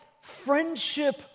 friendship